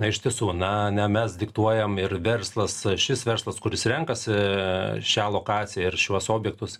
na ištisų na ne mes diktuojam ir verslas šis verslas kuris renkasi šią lokaciją ir šiuos objektus